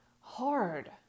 hard